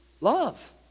Love